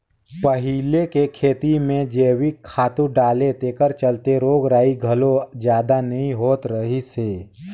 पहिले के खेती में जइविक खातू डाले तेखर चलते रोग रगई घलो जादा नइ होत रहिस हे